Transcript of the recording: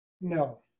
No